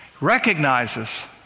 recognizes